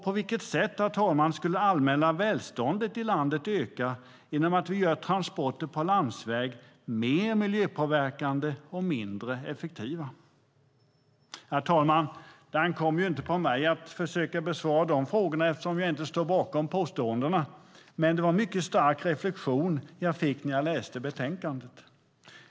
På vilket sätt, herr talman, skulle det allmänna välståndet i landet öka genom att vi gör transporter på landsväg mer miljöpåverkande och mindre effektiva? Herr talman! Det ankommer inte på mig att försöka besvara dessa frågor eftersom jag inte står bakom påståendena, men det var en mycket stark reflektion jag gjorde när jag läste betänkandet.